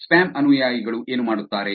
spam ಅನುಯಾಯಿಗಳು ಏನು ಮಾಡುತ್ತಾರೆ